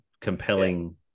compelling